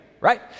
Right